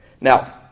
Now